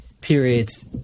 periods